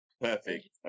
Perfect